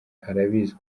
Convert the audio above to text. arabizi